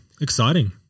Exciting